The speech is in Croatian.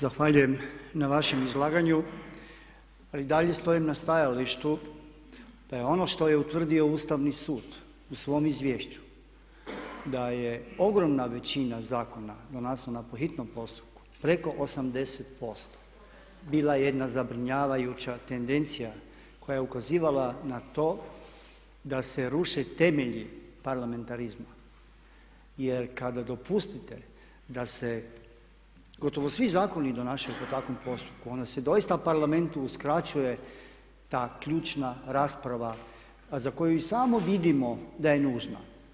Zahvaljujem na vašem izlaganju, ali i dalje stojim na stajalištu da je ono što je utvrdio Ustavni sud u svom izvješću da je ogromna većina zakona donesena po hitnom postupku, preko 80%, bila je jedna zabrinjavajuća tendencija koja je ukazivala na to da se ruše temelji parlamentarizma jer kada dopustite da se gotovo svi zakoni donesu po takvom postupku onda se doista Parlamentu uskraćuje ta ključna rasprava za koju i sami vidimo da je nužna.